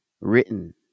written